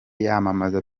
yamamaza